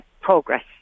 progress